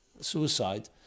suicide